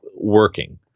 working